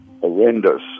horrendous